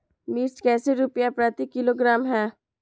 मिर्च कैसे रुपए प्रति किलोग्राम है?